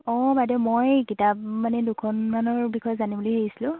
অঁ বাইদেউ মই কিতাপ মানে দুখনমানৰ বিষয়ে জানিম বুলি ভাবিছিলোঁ